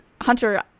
Hunter